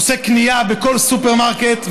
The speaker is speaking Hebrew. עושה קנייה בכל סופרמרקט,